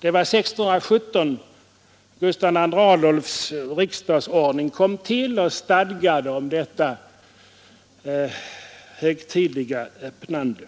Det var år 1617 som Gustav II Adolfs riksdagsordning kom till och stadgade om detta högtidliga öppnande.